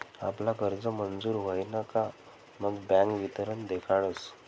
आपला कर्ज मंजूर व्हयन का मग बँक वितरण देखाडस